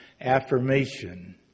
affirmation